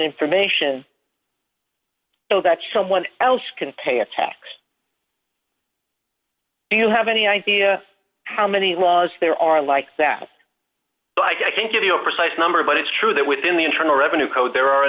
information so that someone else can pay a tax do you have any idea how many laws there are like that i think give you a precise number but it's true that within the internal revenue code there are a